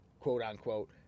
quote-unquote